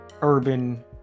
Urban